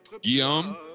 Guillaume